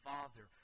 Father